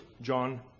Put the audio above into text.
John